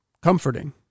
Comforting